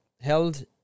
held